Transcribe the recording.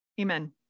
Amen